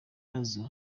azwi